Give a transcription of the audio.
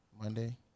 Monday